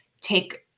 take